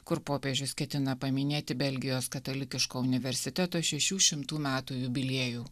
kur popiežius ketina paminėti belgijos katalikiško universiteto šešių šimtų metų jubiliejų